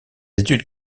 études